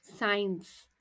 Science